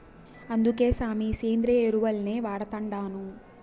అందుకే సామీ, సేంద్రియ ఎరువుల్నే వాడతండాను